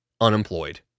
unemployed